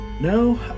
No